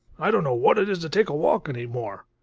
i don't know what it is to take a walk any more.